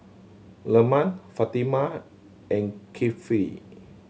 Leman Fatimah and Kifli